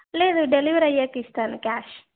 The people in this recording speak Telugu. లేదు డెలివరీ అయ్యాక ఇస్తాను క్యాష్